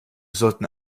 sollten